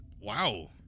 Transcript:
Wow